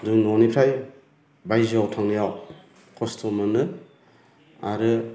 जों ननिफ्राय बायजोआव थांनायाव खस्थ' मोनो आरो